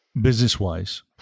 business-wise